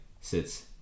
sits